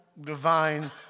divine